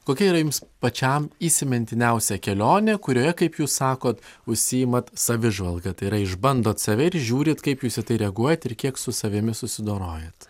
kokia yra jums pačiam įsimintiniausia kelionė kurioje kaip jūs sakot užsiimat savižvalga tai yra išbandot save ir žiūrit kaip jūs į tai reaguojat ir kiek su savimi susidorojat